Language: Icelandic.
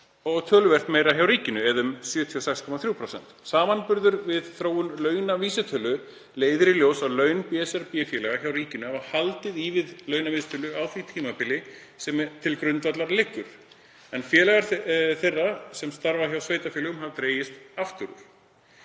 og töluvert meira hjá ríkinu, eða um 76,3%. Samanburður við þróun launavísitölu leiðir í ljós að laun BSRB félaga hjá ríkinu hafa haldið í við launavísitölu á því tímabili sem til grundvallar liggur, en félagar þeirra sem starfa hjá sveitarfélögunum hafa dregist aftur úr.“